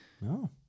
No